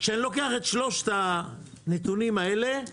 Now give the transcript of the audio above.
כשאני לוקח את שלושת הנתונים האלה,